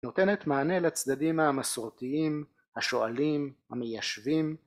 ‫נותנת מענה לצדדים המסורתיים, ‫השואלים, המיישבים.